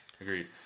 Agreed